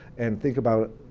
and think about